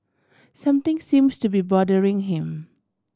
something seems to be bothering him